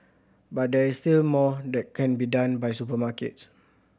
but there is still more that can be done by supermarkets